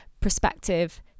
perspective